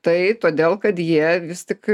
tai todėl kad jie vis tik